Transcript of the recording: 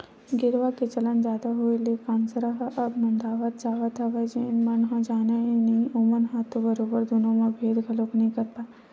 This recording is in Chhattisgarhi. गेरवा के चलन जादा होय ले कांसरा ह अब नंदावत जावत हवय जेन मन ह जानय नइ ओमन ह तो बरोबर दुनो म भेंद घलोक नइ कर पाय